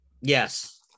Yes